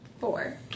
Four